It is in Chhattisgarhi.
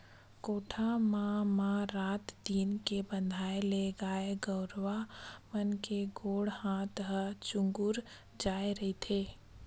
कोठा म म रात दिन के बंधाए ले गाय गरुवा मन के गोड़ हात ह चूगूर जाय रहिथे